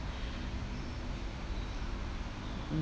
mm